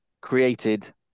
created